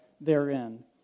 therein